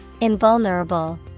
Invulnerable